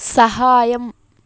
సహాయం